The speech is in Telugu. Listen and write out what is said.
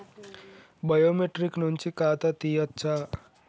బయోమెట్రిక్ నుంచి ఖాతా తీయచ్చా?